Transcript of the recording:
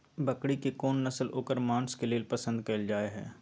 बकरी के कोन नस्ल ओकर मांस के लेल पसंद कैल जाय हय?